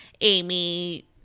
Amy